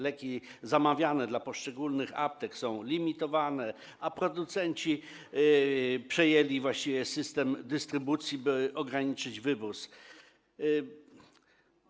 Leki zamawiane dla poszczególnych aptek są limitowane, a producenci przejęli właściwie system dystrybucji, by ograniczyć wywóz.